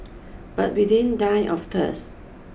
but we didn't die of thirst